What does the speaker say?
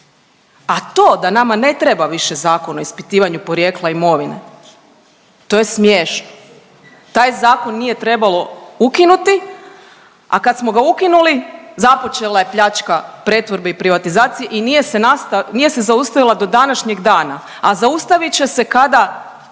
A to da nama ne treba više Zakon o ispitivanju porijekla imovine to je smiješno. Taj zakon nije trebalo ukinuti, a kad smo ga ukinuli započela je pljačka pretvorbe i privatizacije i nije se nasta… nije se zaustavila do današnjeg dana, a zaustavit će se kada